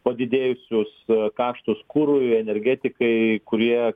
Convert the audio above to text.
padidėjusius kaštus kurui energetikai kurie